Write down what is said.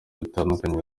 bitandukanye